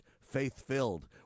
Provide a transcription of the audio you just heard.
faith-filled